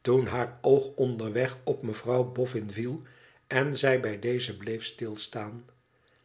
toen haar oog onderweg op mevrouw boffin viel en zij bij deze bleef stilstaan